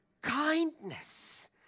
kindness